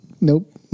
Nope